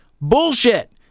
Bullshit